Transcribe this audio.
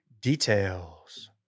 details